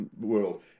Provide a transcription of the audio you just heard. world